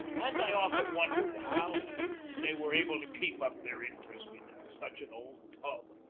and i often wondered how they were able to keep up their interest in such an old tub.